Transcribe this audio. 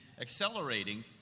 accelerating